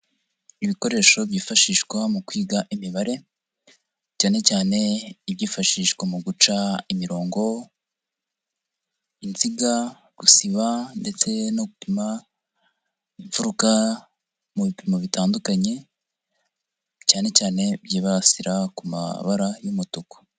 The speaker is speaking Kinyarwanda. Ibikoresho byifashishwa mu kwiga imibare, cyanecyane ibyifashishwa mu guca imirongo, inziga, gusiba ndetse no gupima imfuruka mu bipimo bitandukanye, cyanecyane byibasira ku mabara y'umutuku.